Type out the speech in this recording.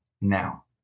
Now